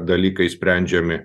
dalykai sprendžiami